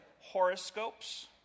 horoscopes